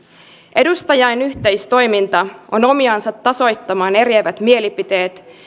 edustajain yhteistoiminta on omiansa tasoittamaan eriävät mielipiteet